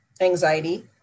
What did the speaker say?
anxiety